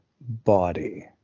body